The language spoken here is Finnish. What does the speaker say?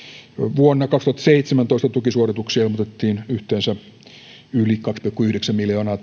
vuonna kaksituhattaseitsemäntoista tukisuorituksia ilmoitettiin yhteensä yli kaksi pilkku yhdeksän miljoonaa